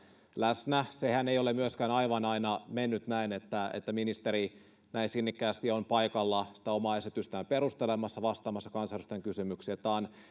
läsnä sehän ei ole myöskään aina aivan mennyt näin että ministeri näin sinnikkäästi on paikalla omaa esitystään perustelemassa vastaamassa kansanedustajien kysymyksiin tämä on